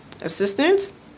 assistance